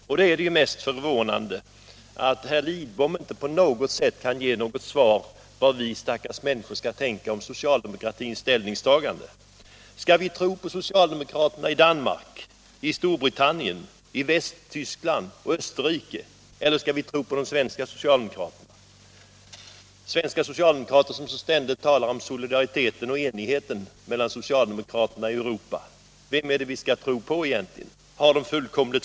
Mot den bakgrunden är det förvånande att herr Lidbom inte på något sätt kan ge någon klarhet i vad vi skall tänka om socialdemokraternas ställningstagande. Skall vi tro på socialdemokraterna i Danmark, Storbritannien, Västtyskland och Österrike, eller skall vi tro på de svenska socialdemokraterna, de svenska socialdemokrater som ständigt talar om solidariteten och enigheten mellan socialdemokrater i Europa? Vem skall vi egentligen tro på?